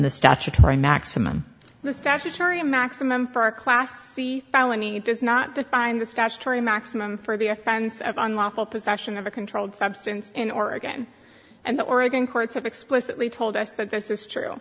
the statutory maximum the statutory maximum for a class felony does not define the statutory maximum for the offense of unlawful possession of a controlled substance in oregon and the oregon courts have explicitly told us that this is true